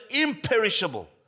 imperishable